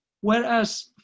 Whereas